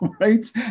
Right